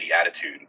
attitude